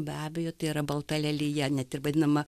be abejo tai yra balta lelija net ir vadinama